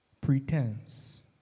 pretense